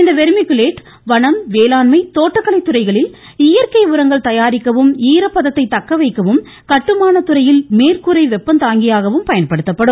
இந்த வெர்மிகுலைட் வனம் வேளாண்மை தோட்டக்கலை துறைகளில் இயற்கை உரங்கள் தயாரிக்கவும் ஈரப்பதத்தை தக்கவைக்கவும் கட்டுமான துறையில் மேற்கூரை வெப்பந்தாங்கியாகவும் பயன்படுத்தப்படும்